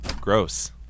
Gross